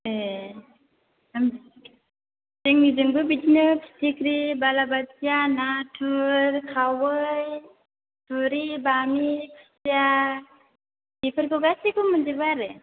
ए जोंनिथिंबो बिदिनो फिथिख्रि बालाबाथिया नाथुर खावै थुरि बामि खुसिया बेफोरखौ गासैखौबो मोनजोबो आरो